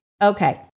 Okay